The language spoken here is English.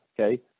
okay